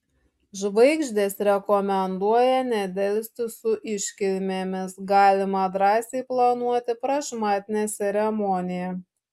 žvaigždės rekomenduoja nedelsti su iškilmėmis galima drąsiai planuoti prašmatnią ceremoniją